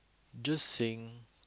just saying